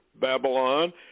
Babylon